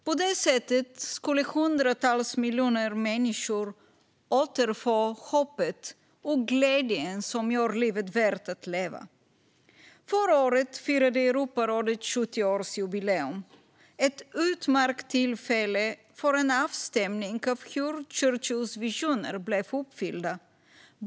På det sättet skulle hundratals miljoner människor återfå hoppet och glädjen, som gör livet värt att leva. Förra året firade Europarådet 70-årsjubileum, ett utmärkt tillfälle för en avstämning av hur Churchills visioner blivit uppfyllda.